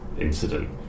incident